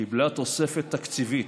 קיבלה תוספת תקציבית,